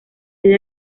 sede